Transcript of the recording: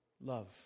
love